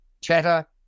chatter